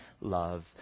love